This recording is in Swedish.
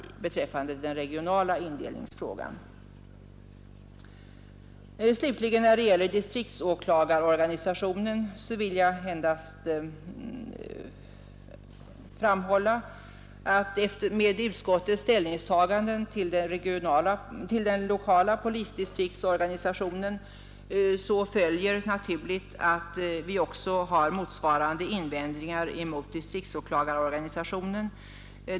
Slutligen vill jag vad beträffar distriktsåklagarorganisationen endast frmhålla att med utskottets ställningstaganden till den lokala polisdistriktsorganisationen följer naturligt att vi också har motsvarande invändningar mot distriktsåklagarorganisationen.